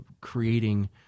creating